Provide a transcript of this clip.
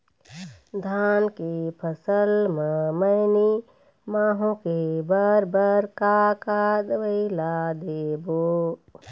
धान के फसल म मैनी माहो के बर बर का का दवई ला देबो?